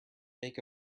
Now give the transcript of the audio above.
make